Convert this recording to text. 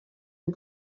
and